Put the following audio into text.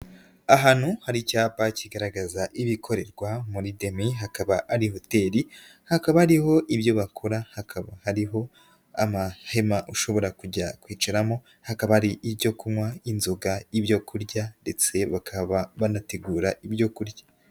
Ahantu hari icyapa kigaragaza ibikorerwa muri Demi, hakaba ari hoteli hakaba ariho ibyo bakora, hakaba hariho amahema ushobora kujya kwicaramo, hakaba ari ibyo kunywa ,inzoga ibyo kurya ndetse bakaba banategura ibyo kurya.